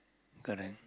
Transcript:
correct